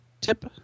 tip